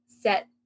set